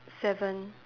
seven